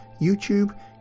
YouTube